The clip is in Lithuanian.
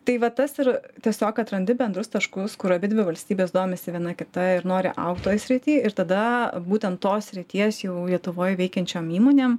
tai va tas ir tiesiog atrandi bendrus taškus kur abidvi valstybės domisi viena kita ir nori augt toj srity ir tada būtent tos srities jau lietuvoj veikiančio įmonėm